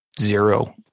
zero